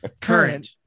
current